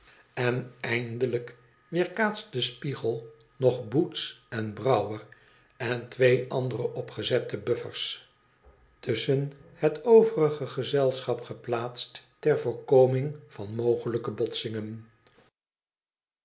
n eindeliik weerkaatst de spiegel nog boots en brouwer en twee andere opgezette buffers i tusschen het overige gezelschap geplaatst ter voorkoming van mogelijke botsingen